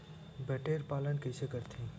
बटेर पालन कइसे करथे?